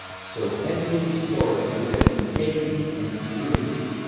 so happily restored to their integrity and purity.